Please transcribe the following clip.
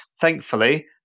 Thankfully